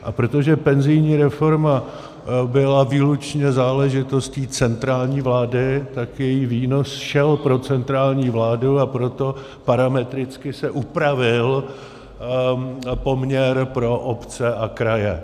A protože penzijní reforma byla výlučně záležitostí centrální vlády, tak její výnos šel pro centrální vládu, a proto parametricky se upravil poměr pro obce a kraje.